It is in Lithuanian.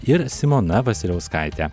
ir simona vasiliauskaite